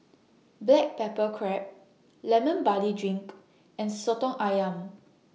Black Pepper Crab Lemon Barley Drink and Soto Ayam